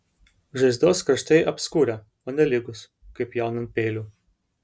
žaizdos kraštai apskurę o ne lygūs kaip pjaunant peiliu